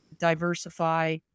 diversify